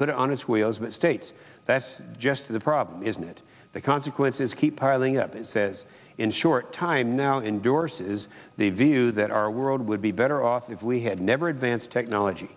put it on its wheels but states that's just the problem isn't it the consequences keep piling up it says in short time now endorses the view that our world would be better off if we had never advanced technology